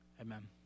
amen